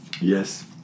yes